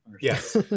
yes